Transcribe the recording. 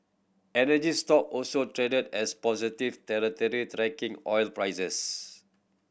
energy stock also traded as positive territory tracking oil prices